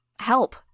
Help